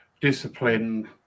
discipline